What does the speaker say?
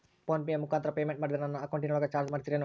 Phone pay ಮುಖಾಂತರ payment ಮಾಡಿದರೆ ನನ್ನ ಅಕೌಂಟಿನೊಳಗ ಚಾರ್ಜ್ ಮಾಡ್ತಿರೇನು?